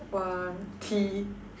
!wah!